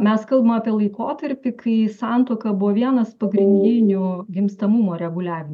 mes kalbam apie laikotarpį kai santuoka buvo vienas pagrindinių gimstamumo reguliavimo